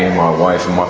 and my wife and my